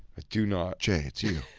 do not. jay, it's you.